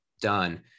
done